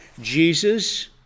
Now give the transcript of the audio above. Jesus